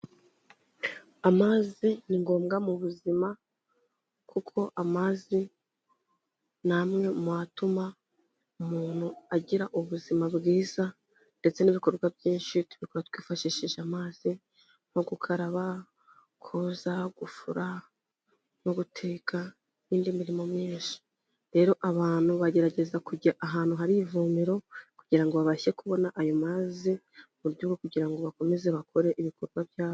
Amazi ni ngombwa mu buzima, kuko amazi ni amwe mu hatuma umuntu agira ubuzima bwiza, ndetse n'ibikorwa byinshi tubikora twifashishije amazi, nko gukaraba, kuza, gufura, no guteka, n'indi mirimo myinshi. Rero abantu bagerageza kujya ahantu hari ivomero, kugira ngo babashye kubona ayo mazi, mu buryo bwo kugira ngo bakomeze bakore ibikorwa byabo.